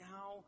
Now